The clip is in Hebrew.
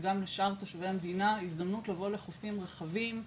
וגם לשאר תושבי המדינה הזדמנות לבוא לחופים רחבים,